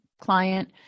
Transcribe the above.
client